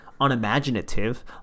unimaginative